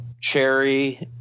cherry